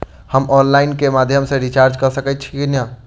हम ऑनलाइन केँ माध्यम सँ रिचार्ज कऽ सकैत छी की?